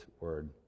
Word